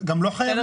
דרך אגב,